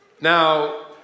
Now